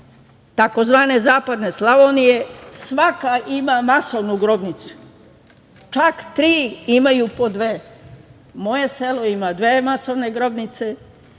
tzv. zapadne Slavonije svaka ima masovnu grobnicu čak tri imaju po dve. Moje selo ima dve masovne grobnice,